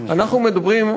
אנחנו מדברים,